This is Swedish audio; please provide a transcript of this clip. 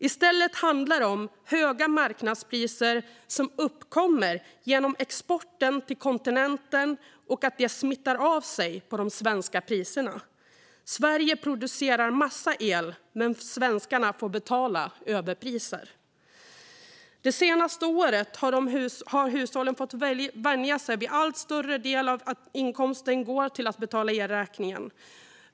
I stället handlar det om höga marknadspriser som uppkommer genom exporten till kontinenten och att de smittar av sig på de svenska priserna. Sverige producerar en massa el, men svenskarna får betala överpriser. Det senaste året har hushållen fått vänja sig vid att en allt större del av inkomsten går till att betala elräkningen.